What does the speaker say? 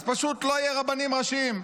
אז פשוט לא יהיו רבנים ראשיים.